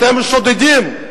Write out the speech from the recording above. אתם שודדים.